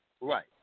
Right